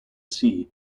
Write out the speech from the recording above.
sea